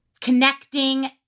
connecting